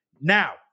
Now